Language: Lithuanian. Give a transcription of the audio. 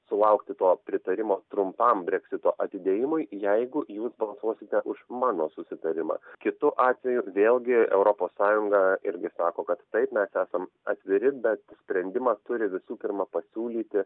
sulaukti to pritarimo trumpam breksito atidėjimui jeigu jūs balsuosite už mano susitarimą kitu atveju vėlgi europos sąjunga irgi sako kad taip mes esam atviri bet sprendimą turi visų pirma pasiūlyti